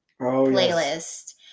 playlist